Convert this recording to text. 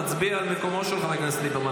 תצביעי על מקומו של חבר הכנסת ליברמן,